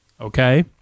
Okay